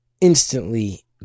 instantly